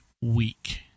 week